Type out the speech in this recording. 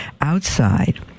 outside